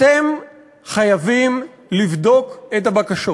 אתם חייבים לבדוק את הבקשות.